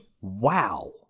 wow